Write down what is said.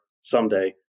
someday